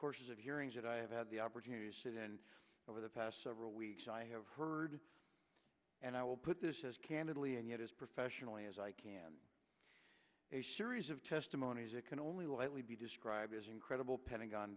course of hearings i have had the opportunity to sit and over the past several weeks i have heard and i will put this as candidly and yet as professionally as i can a series of testimonies it can only lightly be described as incredible pentagon